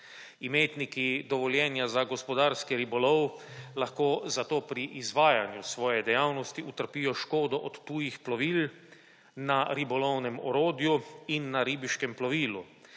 Imetniki dovoljenja za gospodarski ribolov lahko zato pri izvajanju svoje dejavnosti utrpijo škodo od tujih plovil na ribolovnem orodju in na ribiškem plovilu